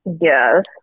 yes